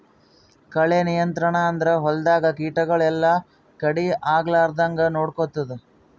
ಕಳೆ ನಿಯಂತ್ರಣ ಅಂದುರ್ ಹೊಲ್ದಾಗ ಕೀಟಗೊಳ್ ಎಲ್ಲಾ ಕಡಿ ಆಗ್ಲಾರ್ದಂಗ್ ನೊಡ್ಕೊತ್ತುದ್